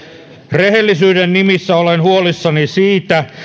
rehellisyyden nimissä olen huolissani siitä